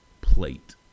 plate